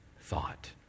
thought